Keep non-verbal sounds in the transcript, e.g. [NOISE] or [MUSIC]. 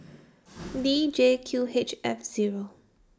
[NOISE] D J Q H F Zero